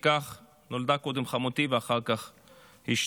וכך נולדה קודם חמותי ואחר כך אשתי.